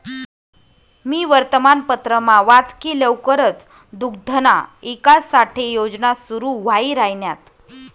मी वर्तमानपत्रमा वाच की लवकरच दुग्धना ईकास साठे योजना सुरू व्हाई राहिन्यात